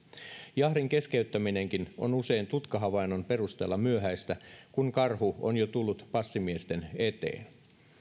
jahdin keskeyttäminenkin on usein tutkahavainnon perusteella myöhäistä kun karhu on jo tullut passimiesten eteen